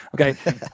okay